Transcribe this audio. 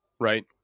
right